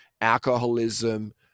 alcoholism